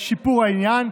לשיפור העניין,